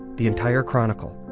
the entire chronicle,